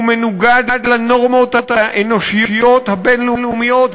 הוא מנוגד לנורמות האנושיות הבין-לאומיות.